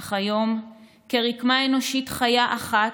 אך היום, כרקמה אנושית חיה אחת,